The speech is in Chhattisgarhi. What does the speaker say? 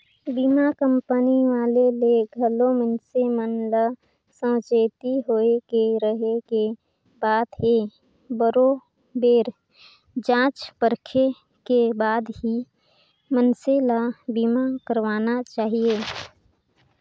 बीमा कंपनी वाले ले घलो मइनसे मन ल सावाचेती होय के रहें के बात हे बरोबेर जॉच परखे के बाद ही मइनसे ल बीमा करवाना चाहिये